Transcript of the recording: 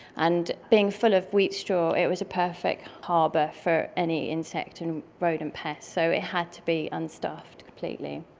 and being full of wheat straw, it was a perfect harbour for any insect and rodent pest, so it had to be unstuffed completely.